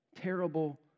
Terrible